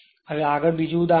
હવે આગળ બીજું એક ઉદાહરણ છે